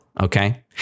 okay